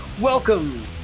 welcome